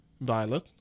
Violet